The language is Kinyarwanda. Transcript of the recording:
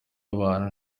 abantu